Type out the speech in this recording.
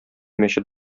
мәчет